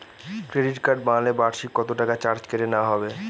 Credit card বানালে বার্ষিক কত টাকা চার্জ কেটে নেওয়া হবে?